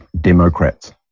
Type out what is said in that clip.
Democrats